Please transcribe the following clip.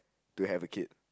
to have a kid